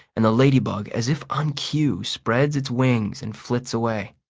and the ladybug, as if on cue, spreads its wings and flits away.